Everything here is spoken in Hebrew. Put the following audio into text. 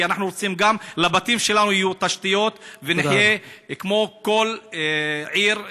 כי אנחנו רוצים שגם לבתים שלנו יהיו תשתיות ונחיה כמו כל עיר מתוקנת.